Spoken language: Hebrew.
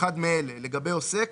""מקדם סיוע" אחד מאלה: (1)לגבי עוסק,